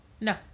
no